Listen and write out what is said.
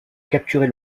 capturer